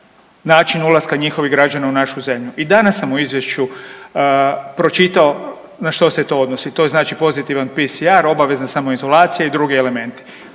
način ulaska njihovih građana u našu zemlju. I danas sam u izvješću pročitao na što se to odnosi, to znači pozitivan PCR, obavezna samoizolacija i drugi elementi.